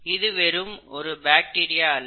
இது வெறும் ஒரு பாக்டீரியா அல்ல